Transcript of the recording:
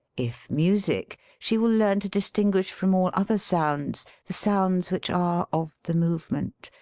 if music, she will learn to distinguish from all other sounds the sounds which are of the move ment,